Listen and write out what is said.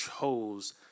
chose